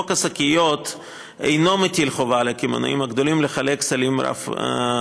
חוק השקיות אינו מטיל חובה על הקמעונאים הגדולים לחלק סלים רב-פעמיים.